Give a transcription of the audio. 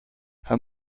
her